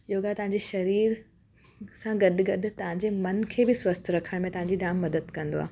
योगा तव्हांजे शरीर सां गॾु गॾु तव्हांजे मन खे बि स्वस्थ रखण में तव्हांजी जाम मदद कंदो आहे